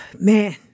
man